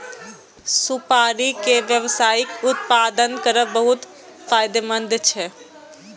सुपारी के व्यावसायिक उत्पादन करब बहुत फायदेमंद छै